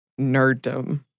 nerddom